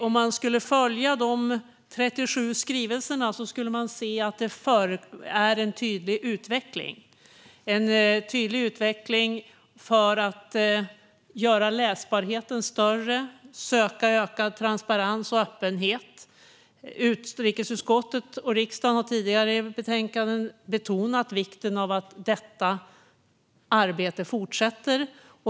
Om man skulle följa de 37 skrivelserna skulle man se att det har skett en tydlig utveckling för att göra läsbarheten större och söka ökad transparens och öppenhet. Utrikesutskottet och riksdagen har i tidigare betänkanden betonat vikten av att detta arbete ska fortsätta.